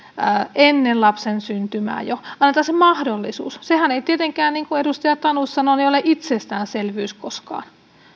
ennen lapsen syntymää annetaan se mahdollisuus sehän ei tietenkään niin kuin edustaja tanus sanoi ole itsestäänselvyys koskaan